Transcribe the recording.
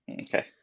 okay